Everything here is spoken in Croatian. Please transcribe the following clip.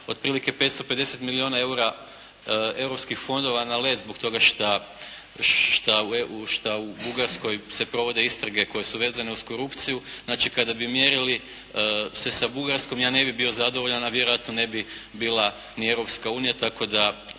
otprilike 550 milijuna eura europskih fondova na led zbog toga što u Bugarskoj se provode istrage koje su vezane uz korupciju. Znači, kada bi mjerili se sa Bugarskom, ja ne bih bio zadovoljan, a vjerojatno ne bi bila ni Europska unija, tako da